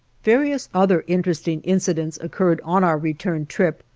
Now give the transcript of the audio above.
various other interesting incidents occurred on our return trip,